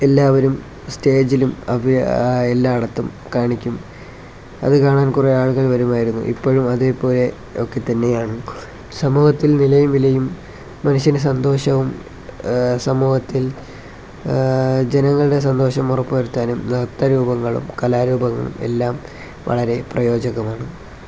എല്ലാവരും സ്റ്റേജിലും അവിടെ എല്ലായിടത്തും കാണിക്കും അത് കാണാൻ കുറേ ആളുകൾ വരുമായിരുന്നു ഇപ്പോഴും അതേപോലെ ഒക്കെത്തന്നെയാണ് സമൂഹത്തിൽ നിലയും വിലയും മനുഷ്യന് സന്തോഷവും സമൂഹത്തിൽ ജനങ്ങളുടെ സന്തോഷം ഉറപ്പുവരുത്താനും നൃത്തരൂപങ്ങളും കലാരൂപങ്ങളും എല്ലാം വളരെ പ്രയോജനമാണ്